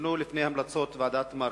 שנבנו לפני המלצות ועדת-מרקוביץ?